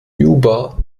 juba